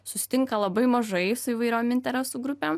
susitinka labai mažai su įvairiom interesų grupėm